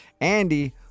andy